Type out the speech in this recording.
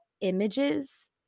images